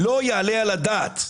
לא יעלה על הדעת.